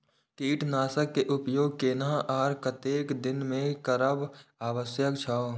कीटनाशक के उपयोग केना आर कतेक दिन में करब आवश्यक छै?